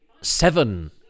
seven